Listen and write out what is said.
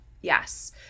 yes